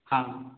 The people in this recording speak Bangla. হ্যাঁ